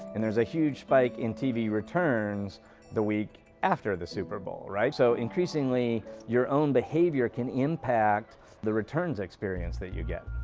and there's a huge spike in tv returns the week after the super bowl, right? so increasingly your own behavior can impact the returns experience that you get.